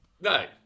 No